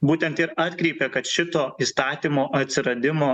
būtent ir atkreipė kad šito įstatymo atsiradimo